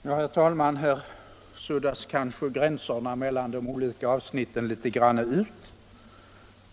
Herr talman! Här suddas kanske gränserna mellan de olika avsnitten ut litet grand.